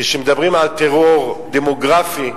כשמדברים על טרור דמוגרפי,